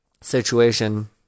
situation